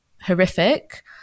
horrific